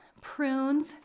prunes